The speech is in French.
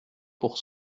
pour